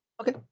Okay